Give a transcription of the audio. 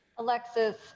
Alexis